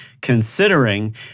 considering